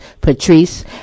Patrice